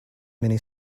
mini